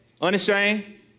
Unashamed